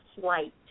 flight